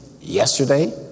yesterday